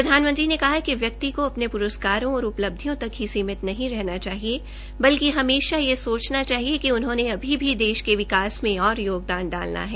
प्रधानमंत्री ने कहा कि व्यक्ति को अपने पुरस्कारों और उपलब्धियों तक की सीमित नहीं रहना चाहिए बल्कि हमेशा यह सोचना चाहिए कि उन्होंने अभी भी देश के विकास में और योगदान डालना है